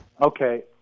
Okay